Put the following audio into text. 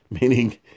Meaning